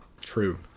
true